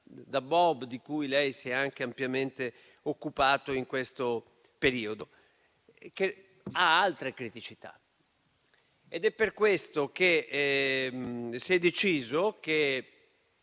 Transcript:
da bob, di cui lei si è anche ampiamente occupato in questo periodo, che presenta altre criticità. È per questo che si è deciso che,